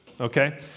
Okay